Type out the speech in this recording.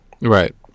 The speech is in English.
Right